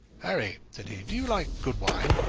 harry, said he, do you like good wine?